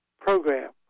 program